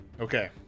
Okay